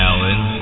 Alan